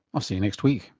i'll see you next week